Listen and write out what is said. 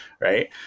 Right